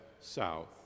south